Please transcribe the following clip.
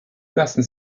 lassen